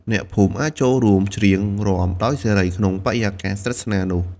អ្នកភូមិអាចចូលរួមច្រៀងរាំដោយសេរី ក្នុងបរិយាកាសស្និទ្ធស្នាលនោះ។